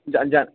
जा जाने